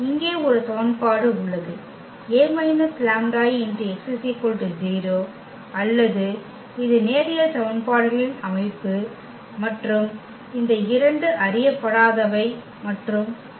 இங்கே ஒரு சமன்பாடு உள்ளது A − λIx 0 அல்லது இது நேரியல் சமன்பாடுகளின் அமைப்பு மற்றும் இந்த இரண்டு அறியப்படாதவை மற்றும் x